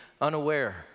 unaware